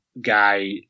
guy